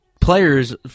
players